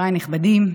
חבריי הנכבדים,